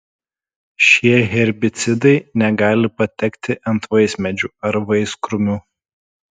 šie herbicidai negali patekti ant vaismedžių ar vaiskrūmių